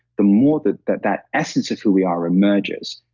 the more that that that essence of who we are emerges.